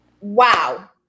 Wow